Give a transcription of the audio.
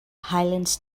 highlands